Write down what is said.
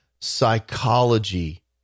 psychology